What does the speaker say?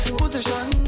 Position